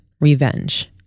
revenge